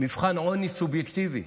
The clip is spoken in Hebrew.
מבחן עוני סובייקטיבי.